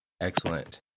Excellent